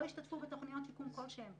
לא השתתפו בתוכניות שיקום כלשהן.